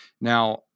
Now